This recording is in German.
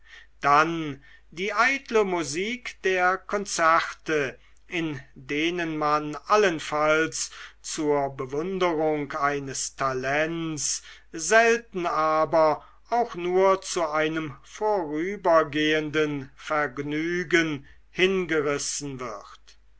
dann die eitle musik der konzerte in denen man allenfalls zur bewunderung eines talents selten aber auch nur zu einem vorübergehenden vergnügen hingerissen wird